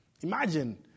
Imagine